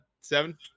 seven